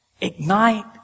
ignite